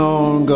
on